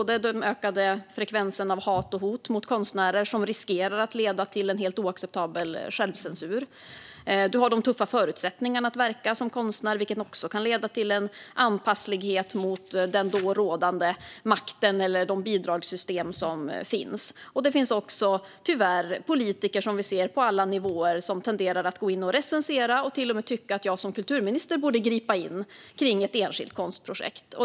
Den ökade frekvensen av hat och hot mot konstnärer riskerar att leda till en helt oacceptabel självcensur. De tuffa förutsättningarna för dem som verkar som konstnärer kan leda till en anpasslighet mot den rådande makten eller de bidragssystem som finns. Det finns också tyvärr på alla nivåer politiker som tenderar att gå in och recensera och till och med tycka att jag som kulturminister borde gripa in i ett enskilt konstprojekt.